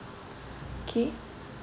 okay